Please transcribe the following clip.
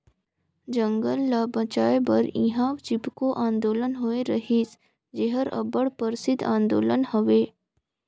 जंगल ल बंचाए बर इहां चिपको आंदोलन होए रहिस जेहर अब्बड़ परसिद्ध आंदोलन हवे